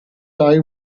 day